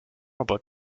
about